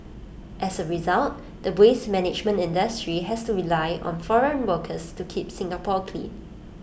as A result the waste management industry has to rely on foreign workers to keep Singapore clean